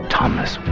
Thomas